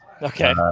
Okay